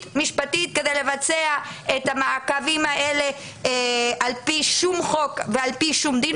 כדי לבצע את המעקבים האלה על פי שום חוק ועל פי שום דין.